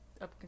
up